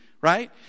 right